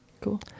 Cool